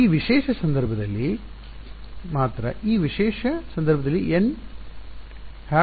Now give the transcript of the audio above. ಸರಿ ಈ ವಿಶೇಷ ಸಂದರ್ಭದಲ್ಲಿ ಮಾತ್ರ ಈ ವಿಶೇಷ ಸಂದರ್ಭದಲ್ಲಿ nˆ ಸಹ ಇರುತ್ತದೆ